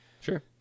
Sure